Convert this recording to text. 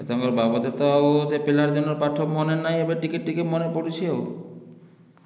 ତାଙ୍କର ବାବଦରେ ତ ଆଉ ସେ ପିଲାର ଦିନର ପାଠ ମନେ ନାହିଁ ଏବେ ଟିକେ ଟିକେ ମନେ ପଡ଼ୁଛି ଆଉ